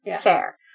fair